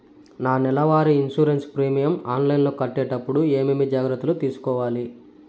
నా నెల వారి ఇన్సూరెన్సు ప్రీమియం ఆన్లైన్లో కట్టేటప్పుడు ఏమేమి జాగ్రత్త లు తీసుకోవాలి?